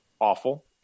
awful